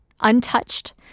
untouched